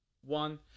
One